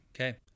Okay